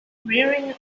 rearing